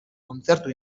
kontzertu